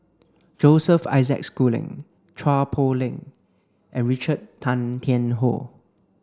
Joseph Isaac Schooling Chua Poh Leng and Richard Tay Tian Hoe